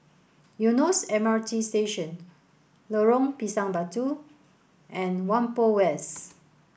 Eunos M R T Station Lorong Pisang Batu and Whampoa West